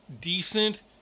decent